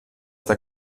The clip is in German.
der